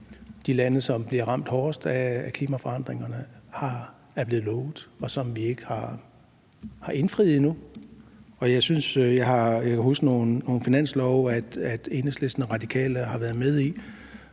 de lande, der bliver ramt hårdest af klimaforandringerne, er blevet lovet, og som vi ikke har indfriet endnu. Jeg kan huske nogle finanslove, som Enhedslisten og Radikale har været med i,